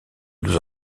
nous